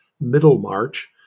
Middlemarch